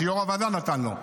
שיו"ר הוועדה נתן לו,